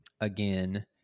Again